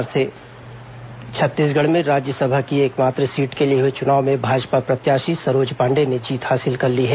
राज्यसभा चुनाव छत्तीसगढ़ में राज्यसभा की एकमात्र सीट के लिए हुए चुनाव में भाजपा प्रत्याशी सरोज पांडेय ने जीत हासिल कर ली है